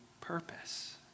purpose